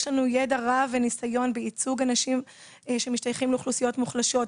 יש לנו ידע רב וניסיון בייצוג אנשים שמשתייכים לאוכלוסיות מוחלשות,